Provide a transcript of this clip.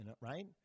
right